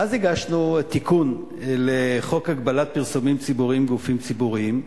ואז הגשנו תיקון לחוק הגבלת פרסומים ציבוריים בגופים ציבוריים,